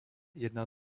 jedna